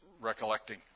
recollecting